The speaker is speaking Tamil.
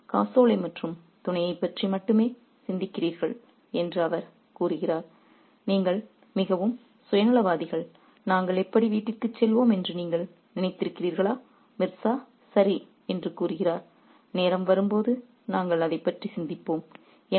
நீங்கள் காசோலை மற்றும் துணையைப் பற்றி மட்டுமே சிந்திக்கிறீர்கள் என்று அவர் கூறுகிறார் நீங்கள் மிகவும் சுயநலவாதிகள் நாங்கள் எப்படி வீட்டிற்கு செல்வோம் என்று நீங்கள் நினைத்திருக்கிறீர்களா மிர்சா சரி என்று கூறுகிறார் நேரம் வரும்போது நாங்கள் அதைப் பற்றி சிந்திப்போம்